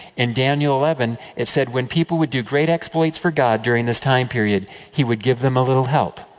in daniel eleven, it said, when people would do great exploits for god during this time period, he would give them a little help.